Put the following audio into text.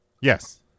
Yes